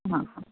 हा हा